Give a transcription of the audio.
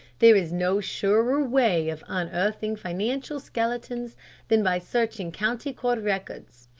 there is no surer way of unearthing financial skeletons than by searching county court records.